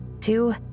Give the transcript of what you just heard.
two